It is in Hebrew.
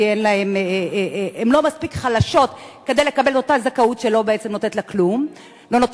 כי הן לא מספיק חלשות לקבל אותה זכאות שבעצם לא נותנת להן כלום,